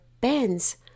bends